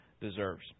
deserves